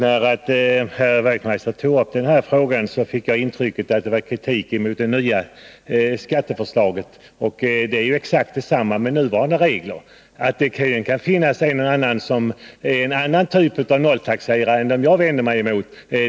Herr talman! När herr Wachtmeister tog upp den här frågan fick jag intrycket att det gällde kritik mot det nya skatteförslaget. Men resultatet är ju exakt detsamma med nuvarande regler. Det kan finnas en och annan som tillhör en annan typ av nolltaxerare än de jag vänder mig emot.